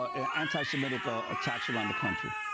ah anti-semitic ah attacks, around the country?